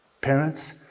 Parents